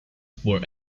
for